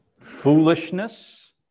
foolishness